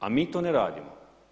A mi to ne radimo.